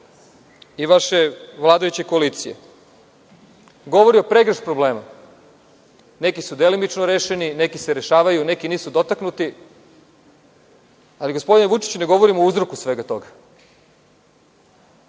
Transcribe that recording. i vaše vladajuće koalicije govori o pregršt problema. Neki su delimično rešeni, neki se rešavaju, neki nisu dotaknuti, ali gospodine Vučiću, ne govorimo o uzroku svega toga. Često